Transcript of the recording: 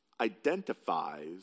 identifies